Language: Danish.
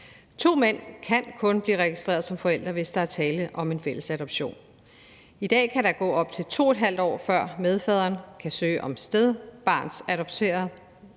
To mænd kan kun blive registreret som forældre, hvis der er tale om en fælles adoption. I dag kan der gå op til 2½ år, før medfaderen kan søge om at stedbarnsadoptere